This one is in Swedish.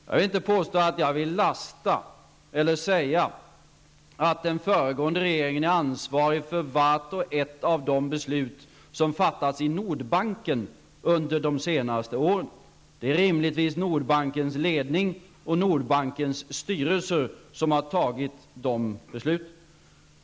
Jag vill inte lasta den föregående regeringen eller säga att den är ansvarig för vart och ett av de beslut som har fattats i Nordbanken under de senaste åren. Det är rimligtvis Nordbankens ledning och styrelser som har fattat de besluten.